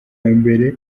mbere